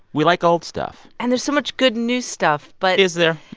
we like old stuff and there's so much good new stuff, but. is there?